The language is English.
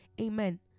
Amen